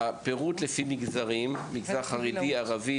לפי מגזרים - מגזר ערבי,